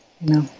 no